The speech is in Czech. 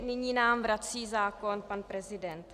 Nyní nám vrací zákon pan prezident.